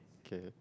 okay